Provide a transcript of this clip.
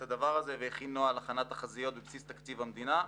פי "נוהל הכנת תחזיות בבסיס תקציב המדינה"